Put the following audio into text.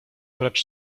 precz